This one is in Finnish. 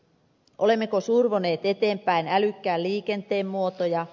olemmeko survoneet eteenpäin älykkään liikenteen muotoja